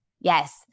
yes